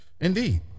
indeed